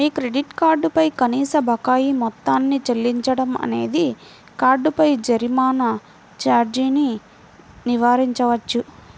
మీ credit card పై కనీస బకాయి మొత్తాన్ని చెల్లించడం అనేది కార్డుపై జరిమానా ఛార్జీని నివారించవచ్చు